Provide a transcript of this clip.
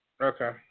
Okay